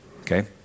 okay